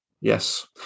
yes